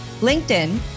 LinkedIn